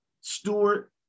Stewart